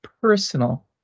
personal